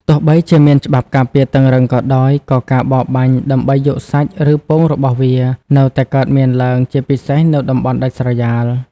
ទោះបីជាមានច្បាប់ការពារតឹងរ៉ឹងក៏ដោយ ក៏ការបរបាញ់ដើម្បីយកសាច់ ឬពងរបស់វា នៅតែកើតមានឡើង ជាពិសេសនៅតំបន់ដាច់ស្រយាល។